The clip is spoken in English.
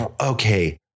Okay